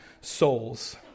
souls